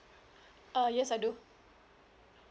uh yes I do